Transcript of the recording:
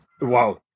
Wow